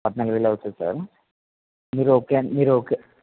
పద్నాలుగు వేలు అవుతుంది సార్ మీరు ఓకే అం మీరు ఓకే